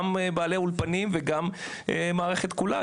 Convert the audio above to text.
גם בעלי האולפנים וגם המערכת כולה,